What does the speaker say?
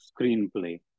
screenplay